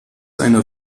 eine